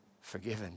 forgiven